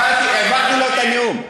העברתי לו את הנאום.